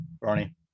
Ronnie